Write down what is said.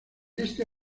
este